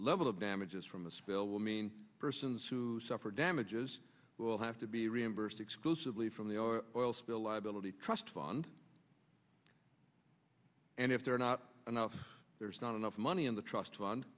level of damages from the spill will mean persons who suffer damages will have to be reimbursed exclusively from the or oil spill liability trust fund and if there are not enough there's not enough money in the trust fund